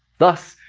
thus,